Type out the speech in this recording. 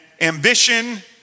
ambition